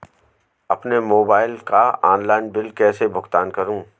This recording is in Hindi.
अपने मोबाइल का ऑनलाइन बिल कैसे भुगतान करूं?